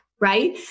Right